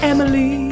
Emily